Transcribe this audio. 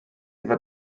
iddo